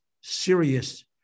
serious